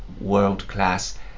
world-class